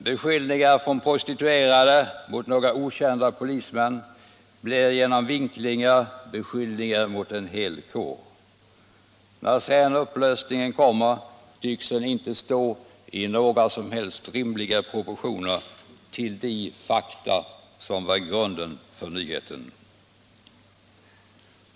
Beskyllningar från prostituerade mot några okända polismän blir genom vinklingar beskyllningar mot en hel kår. När sedan upplösningen kommer tycks den inte stå i några som helst rimliga proportioner till de fakta som var grunden till nyheten.